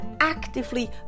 actively